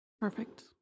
Perfect